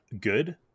good